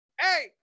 Hey